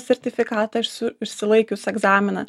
sertifikatą esu išsilaikius egzaminą